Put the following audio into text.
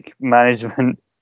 management